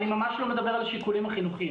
אני ממש לא מדבר על השיקולים החינוכיים,